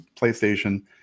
PlayStation